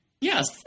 Yes